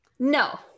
No